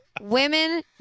Women